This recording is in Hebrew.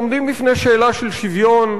עומדים בפני שאלה של שוויון,